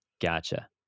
Gotcha